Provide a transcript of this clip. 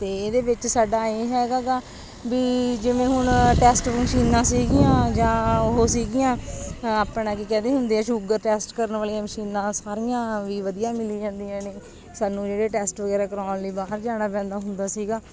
ਅਤੇ ਇਹਦੇ ਵਿੱਚ ਸਾਡਾ ਇਹ ਹੈਗਾ ਗਾ ਵੀ ਜਿਵੇਂ ਹੁਣ ਟੈਸਟ ਮਸ਼ੀਨਾਂ ਸੀਗੀਆਂ ਜਾਂ ਉਹ ਸੀਗੀਆਂ ਆਪਣਾ ਕੀ ਕਹਿਦੇ ਹੁੰਦੇ ਆ ਸ਼ੂਗਰ ਟੈਸਟ ਕਰਨ ਵਾਲੀਆਂ ਮਸ਼ੀਨਾਂ ਸਾਰੀਆਂ ਵੀ ਵਧੀਆ ਮਿਲੀ ਜਾਂਦੀਆਂ ਨੇ ਸਾਨੂੰ ਜਿਹੜੇ ਟੈਸਟ ਵਗੈਰਾ ਕਰਵਾਉਣ ਲਈ ਬਾਹਰ ਜਾਣਾ ਪੈਂਦਾ ਹੁੰਦਾ ਸੀਗਾ